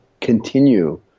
continue